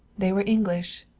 they were english.